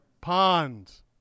Ponds